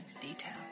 detail